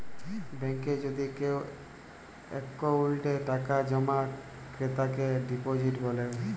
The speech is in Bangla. ব্যাংকে যদি কেও অক্কোউন্টে টাকা জমা ক্রেতাকে ডিপজিট ব্যলে